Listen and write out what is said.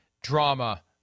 drama